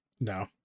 No